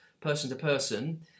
person-to-person